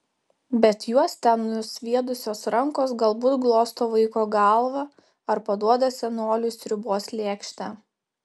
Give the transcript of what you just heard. bet juos ten nusviedusios rankos galbūt glosto vaiko galvą ar paduoda senoliui sriubos lėkštę